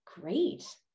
great